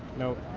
no.